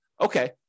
okay